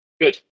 Good